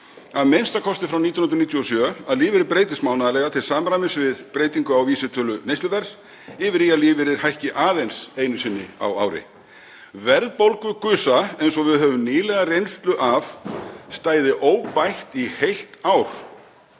a.m.k. frá 1997, að lífeyrir breytist mánaðarlega til samræmis við breytingu á vísitölu neysluverðs, yfir í að lífeyrir hækki aðeins einu sinni á ári. Verðbólgugusa, eins og við höfum nýlega reynslu af, stæði óbætt í heilt ár